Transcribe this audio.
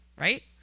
right